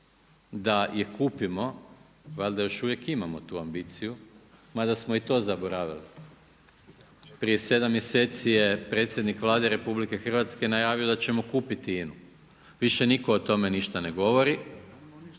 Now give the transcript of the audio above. da je kupimo, valjda još uvijek imamo tu ambiciju, ma da smo i to zaboravili. Prije 7 mjeseci je predsjednik Vlade RH najavio da ćemo kupiti INU, više nitko o tome ništa ne govori,